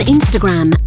Instagram